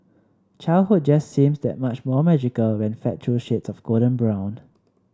childhood just seems that much more magical when fed through shades of golden brown